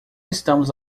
estamos